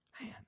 man